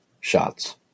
shots